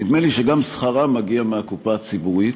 נדמה לי שגם שכרם מגיע מהקופה הציבורית.